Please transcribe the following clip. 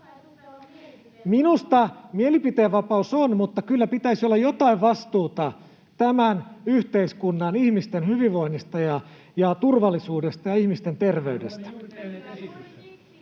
— Mielipiteenvapaus on, mutta kyllä pitäisi olla jotain vastuuta tämän yhteiskunnan ihmisten hyvinvoinnista ja turvallisuudesta ja ihmisten terveydestä.